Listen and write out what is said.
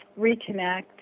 reconnect